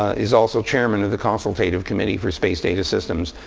is also chairman of the consultative committee for space data systems.